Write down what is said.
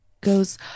goes